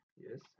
Yes